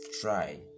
try